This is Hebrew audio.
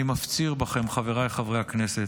אני מפציר בכם, חבריי חברי הכנסת,